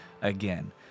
Again